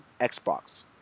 Xbox